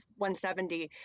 170